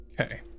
Okay